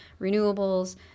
renewables